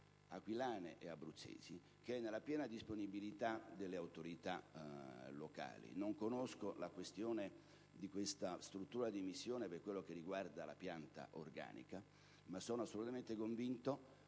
aquilane e abruzzesi, che è nella piena disponibilità delle autorità locali. Non conosco la questione di questa struttura di missione per quello che riguarda le pianta organica, ma sono assolutamente convinto che